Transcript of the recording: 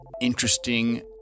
interesting